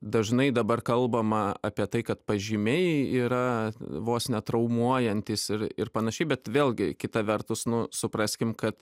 dažnai dabar kalbama apie tai kad pažymiai yra vos ne traumuojantys ir ir panašiai bet vėlgi kita vertus nu supraskim kad